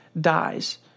dies